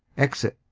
exit